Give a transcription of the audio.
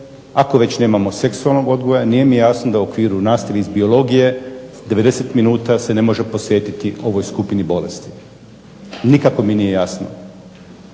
Ako već nemamo seksualnog odgoja nije mi jasno da u okviru nastave iz biologije 90 minuta se ne može posvetiti ovoj skupini bolesti. Nikako mi nije jasno.